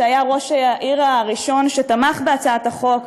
שהיה ראש העיר הראשון שתמך בהצעת החוק,